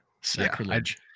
Sacrilege